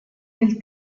nel